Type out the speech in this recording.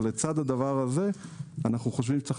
אבל לצד הדבר הזה אנחנו חושבים שצריך